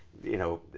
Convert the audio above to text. you know,